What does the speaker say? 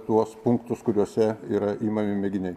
tuos punktus kuriuose yra imami mėginiai